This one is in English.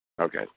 Okay